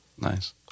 Nice